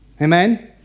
Amen